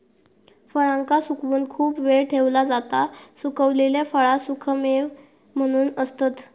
फळांका सुकवून खूप वेळ ठेवला जाता सुखवलेली फळा सुखेमेवे म्हणून असतत